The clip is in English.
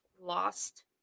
lost